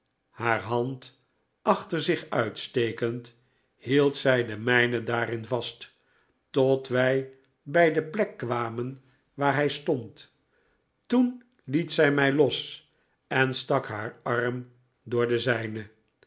haar hand achter zich uitstekend hield zij de mijne daarin vast tot wij bij de plek kwamen waar hij stond toen het zij mij los en stak haar arm door den zijnen